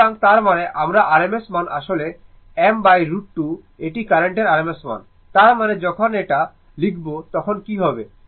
সুতরাং তার মানে আমার rms মান আসলে m√2 এটি কার্রেন্টের rms মান তার মানে যখন এটা লিখবে তখন কি হবে